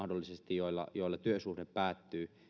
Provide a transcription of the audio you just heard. joilla mahdollisesti työsuhde päättyy